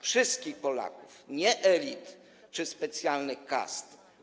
Wszystkich Polaków, nie elit czy specjalnych kast.